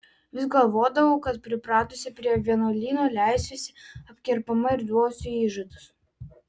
vis galvodavau kad pripratusi prie vienuolyno leisiuosi apkerpama ir duosiu įžadus